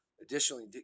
additionally